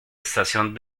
estación